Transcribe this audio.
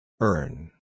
Earn